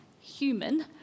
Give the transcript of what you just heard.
human